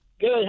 Good